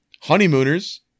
honeymooners